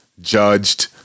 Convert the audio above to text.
judged